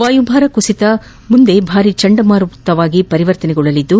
ವಾಯುಭಾರ ಕುಸಿತ ಭಾರಿ ಚಂಡಮಾರುತವಾಗಿ ಪರಿವರ್ತನೆಗೊಳ್ಳಲಿದ್ದು